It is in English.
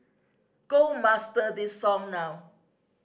go master this song now